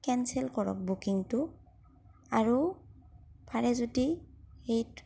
cancel কৰক বুকিংটো আৰু পাৰে যদি এইট